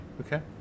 okay